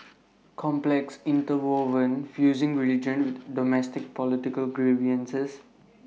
complex interwoven fusing religion with domestic political grievances